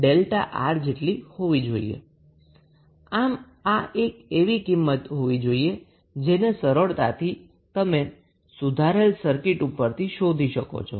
આમ આ એ કિંમત હોવી જોઈએ જેને સરળતાથી તમે સુધારેલ સર્કિટ ઉપરથી શોધી શકો છો